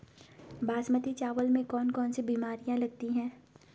बासमती चावल में कौन कौन सी बीमारियां लगती हैं?